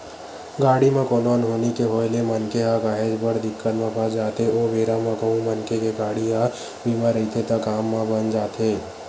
गाड़ी म कोनो अनहोनी के होय ले मनखे ह काहेच बड़ दिक्कत म फस जाथे ओ बेरा म कहूँ मनखे के गाड़ी ह बीमा रहिथे त काम बन जाथे